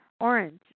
Orange